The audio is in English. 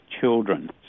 children